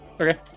Okay